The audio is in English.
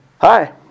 hi